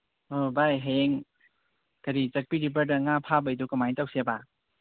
ꯚꯥꯏ ꯍꯌꯦꯡ ꯀꯔꯤ ꯆꯠꯄꯤ ꯔꯤꯚꯔꯗ ꯉꯥ ꯐꯥꯕꯩꯗꯣ ꯀꯃꯥꯏ ꯇꯧꯁꯦꯕ